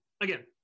again